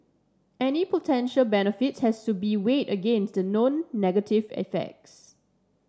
any potential benefits has to be weighed against the known negative effects